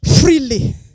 Freely